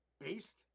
based